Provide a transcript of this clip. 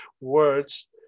words